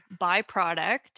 byproduct